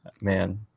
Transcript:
Man